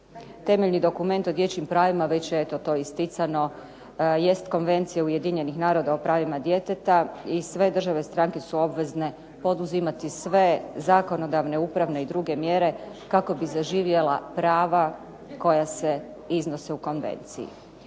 Temeljni dokument o dječjim pravima, već je eto to isticano, jest Konvencija Ujedinjenih naroda o pravima djeteta i sve države stranke su obvezne poduzimati sve zakonodavne, upravne i druge mjere kako bi zaživjela prava koja se iznose u konvenciji.